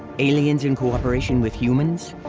aliens in cooperation with humans?